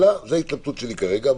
זו ההתלבטות שלי כרגע.